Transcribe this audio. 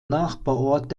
nachbarort